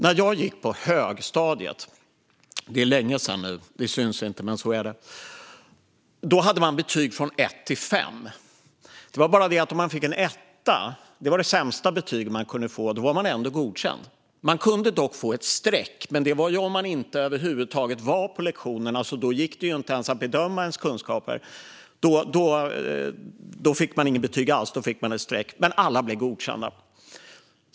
När jag gick på högstadiet - det är länge sedan nu, även om det inte syns - hade man betyg från 1 till 5. Det var bara det att om man fick en etta, det sämsta betyget man kunde få, så var man ändå godkänd. Man kunde få ett streck, men det var om man inte var på lektionerna över huvud taget. Då gick det inte ens att bedöma ens kunskaper, och då fick man inget betyg alls utan bara ett streck. Men alla blev godkända.